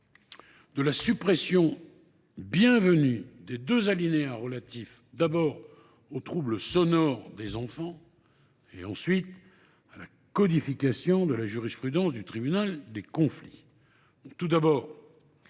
de la suppression bienvenue des deux alinéas relatifs aux troubles sonores des enfants, d’une part, et à la codification de la jurisprudence du Tribunal des conflits,